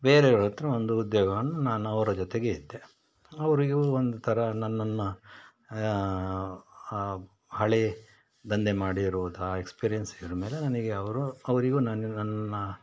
ಬೇರೆಯವರತ್ರ ಒಂದು ಉದ್ಯೋಗವನ್ನು ನಾನು ಅವರ ಜೊತೆಗೆ ಇದ್ದೆ ಅವರು ಇವು ಒಂದು ಥರ ನನ್ನನ್ನು ಹಳೆಯ ದಂಧೆ ಮಾಡಿರುವುದು ಆ ಎಕ್ಸ್ಪೀರಿಯೆನ್ಸ್ಗಳ ಮೇಲೆ ನನಗೆ ಅವರು ಅವರಿಗೂ ನನ್ನ ನನ್ನ